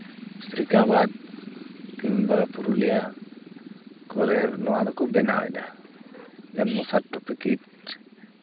ᱥᱤᱨᱠᱟᱵᱟᱫ ᱠᱤᱢᱵᱟ ᱯᱩᱨᱩᱞᱤᱭᱟ ᱠᱚᱨᱮ ᱱᱚᱣᱟ ᱫᱚᱠᱚ ᱵᱮᱱᱟᱣᱮᱫᱟ ᱡᱚᱱᱢᱚ ᱥᱟᱨᱴᱤᱯᱷᱤᱠᱮᱴ